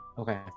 Okay